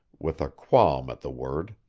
with a qualm at the word.